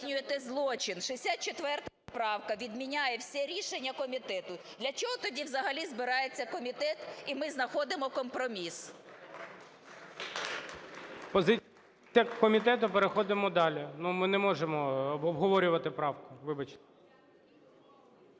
здійснюєте злочин. 64 поправка відміняє все рішення комітету. Для чого тоді взагалі збирається комітет і ми знаходимо компроміс? ГОЛОВУЮЧИЙ. Позиція комітету? Переходимо далі, ми не можемо обговорювати правку, вибачте.